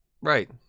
right